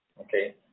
Okay